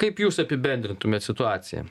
kaip jūs apibendrintumėt situaciją